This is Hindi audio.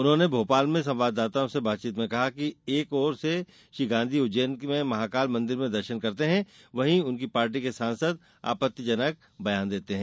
उन्होंने भोपाल में संवाददाताओं बातचीत में कहा कि एक ओर से श्री गांधी उज्जैन में महाकाल मंदिर में दर्शन करते हैं वहीं उनकी पार्टी के सांसद आपत्तिजनक बयान देते हैं